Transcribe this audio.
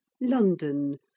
London